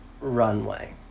Runway